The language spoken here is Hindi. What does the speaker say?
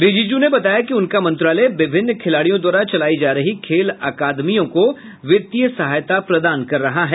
रिजिजू ने बताया कि उनका मंत्रालय विभिन्न खिलाडियों द्वारा चलाई जा रही खेल अकादमियों को वित्तीय सहायता प्रदान कर रहा है